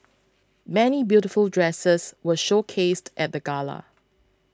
many beautiful dresses were showcased at the gala